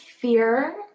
fear